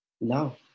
No